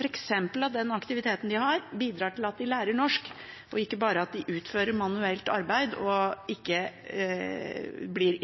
f.eks. at den aktiviteten de har, bidrar til at de lærer norsk – at de ikke bare utfører manuelt arbeid og ikke blir